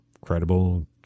credible